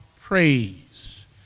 praise